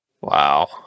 Wow